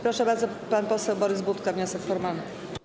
Proszę bardzo, pan poseł Borys Budka, wniosek formalny.